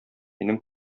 минем